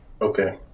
Okay